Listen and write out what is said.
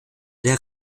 der